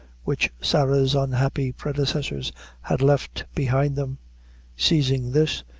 which sarah's unhappy predecessors had left behind them seizing this,